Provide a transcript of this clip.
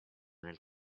nel